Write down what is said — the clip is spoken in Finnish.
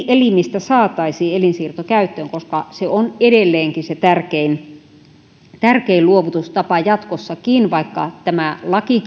elimistä saataisiin elinsiirtokäyttöön koska se on edelleenkin se tärkein tärkein luovutustapa jatkossakin vaikka tämä laki